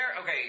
Okay